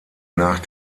nach